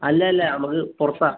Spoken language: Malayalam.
അല്ല അല്ല നമ്മുക്ക് പുറത്താണ്